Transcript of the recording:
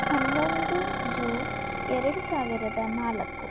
ಹನ್ನೊಂದು ಜೂನ್ ಎರಡು ಸಾವಿರದ ನಾಲ್ಕು